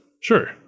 Sure